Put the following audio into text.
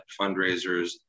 fundraisers